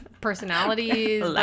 personalities